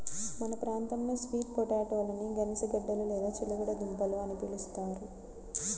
మన ప్రాంతంలో స్వీట్ పొటాటోలని గనిసగడ్డలు లేదా చిలకడ దుంపలు అని పిలుస్తారు